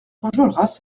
enjolras